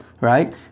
right